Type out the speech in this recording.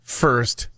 first